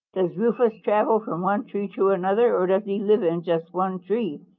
does rufous travel from one tree to another, or does he live in just one tree?